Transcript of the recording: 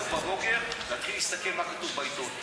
לקום בבוקר להתחיל להסתכל מה כתוב בעיתון.